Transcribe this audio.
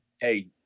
Hey